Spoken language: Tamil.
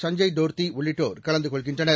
சஞ்சய் டோர்தி உள்ளிட்டோர் கலந்து கொள்கின்றனர்